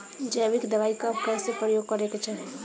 जैविक दवाई कब कैसे प्रयोग करे के चाही?